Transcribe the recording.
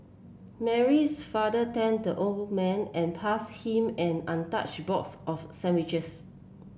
Mary's father thanked the old man and pass him an untouched box of sandwiches